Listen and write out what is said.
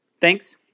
Thanks